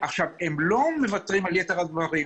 הם לא מוותרים על יתר הדברים,